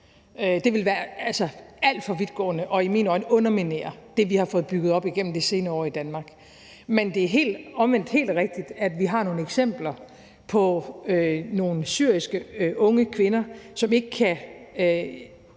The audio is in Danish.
Det ville være alt for vidtgående og ville i mine øjne underminere det, vi har fået bygget op igennem de senere år i Danmark. Men det er omvendt helt rigtigt, at vi har nogle eksempler på unge syriske kvinder, som ikke kan